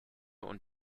und